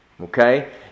Okay